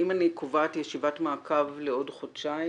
אם אני קובעת ישיבת מעקב לעוד חודשיים,